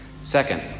Second